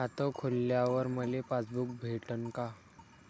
खातं खोलल्यावर मले पासबुक भेटन का?